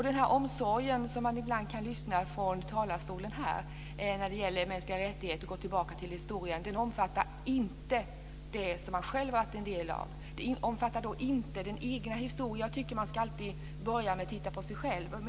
Den omsorg om mänskliga rättigheter bakåt i historien som man kan ibland kan höra från talarstolen här omfattar inte det som man själv har varit en del av. Den omfattar inte den egna historien. Jag tycker att man alltid ska börja med att titta på sig själv.